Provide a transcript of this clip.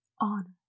honor